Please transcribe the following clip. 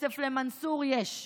כסף למנסור, יש,